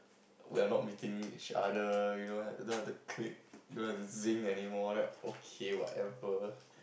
we are not meeting each other you know we don't have the click don't have the zing anymore then I was like okay whatever